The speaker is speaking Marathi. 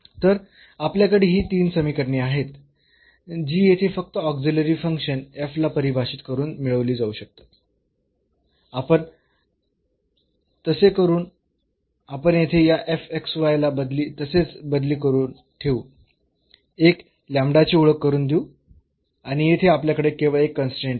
तर आपल्याकडे ही तीन समीकरणे आहेत जी येथे फक्त ऑक्झिलरी फंक्शन ला परिभाषित करून मिळवली जाऊ शकतात आपण तसे करू आपण येथे या ला तसेच बदली करून ठेवू एक ची ओळख करून देऊ आणि येथे आपल्याकडे केवळ एक कन्स्ट्रेन्ट आहे